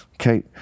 Okay